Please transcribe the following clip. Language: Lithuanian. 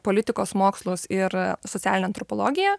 politikos mokslus ir socialinę antropologiją